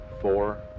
four